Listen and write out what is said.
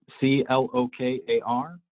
C-L-O-K-A-R